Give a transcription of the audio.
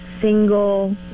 single